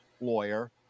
lawyer